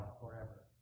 forever